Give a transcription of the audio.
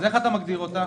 אז איך אתה מגדיר אותה?